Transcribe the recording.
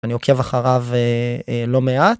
אני עוקב אחריו לא מעט.